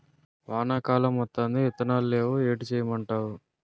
వానా కాలం వత్తాంది ఇత్తనాలు నేవు ఏటి సేయమంటావు